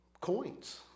coins